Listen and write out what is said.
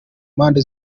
mpande